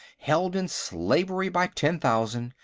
held in slavery by ten thousand!